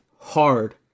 hard